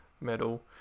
metal